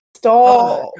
Stop